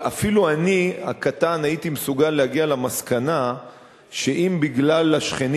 אבל אפילו אני הקטן הייתי מסוגל להגיע למסקנה שאם בגלל השכנים